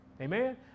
Amen